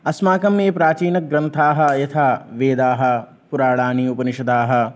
अस्माकं ये प्राचीनग्रन्थाः यथा वेदाः पुराणानि उपनिषदः